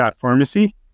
pharmacy